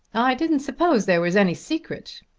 i didn't suppose there was any secret,